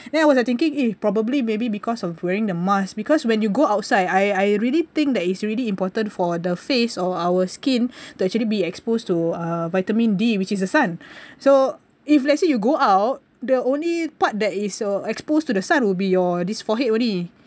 then I was like thinking eh probably maybe because of wearing the mask because when you go outside I I really think that it's really important for the face or our skin to actually be exposed to uh vitamin D which is the sun so if let's say you go out the only part that uh exposed to the sun would be your this forehead only